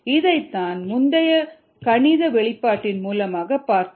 இதைத்தான் முந்தைய கணித வெளிப்பாட்டின் மூலமாக பார்த்தோம்